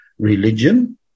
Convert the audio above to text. religion